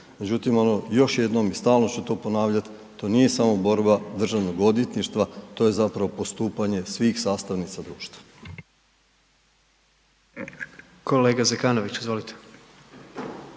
Međutim, ono još jednom i stalno ću to ponavljati, to nije samo borba DORH-a, to je zapravo postupanje svih sastavnica društva.